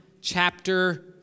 chapter